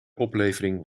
oplevering